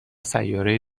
سیاره